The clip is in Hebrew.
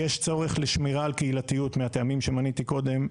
יש צורך לשמירה על קהילתיות מהטעמים שמניתי קודם,